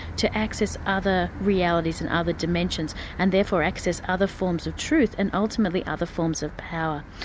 to access other realities and other dimensions and therefore access other forms of truth and ultimately other forms of power.